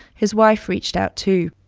his wife reached out too.